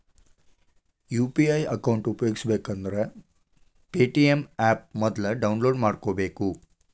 UPI account ಉಪಯೋಗಿಸಬೇಕಂದ್ರ Paytm app ಮೊದ್ಲ download ಮಾಡ್ಕೋಬೇಕು